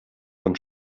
von